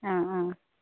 অঁ অঁ